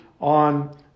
on